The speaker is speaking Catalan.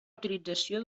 utilització